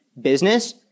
business